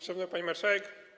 Szanowna Pani Marszałek!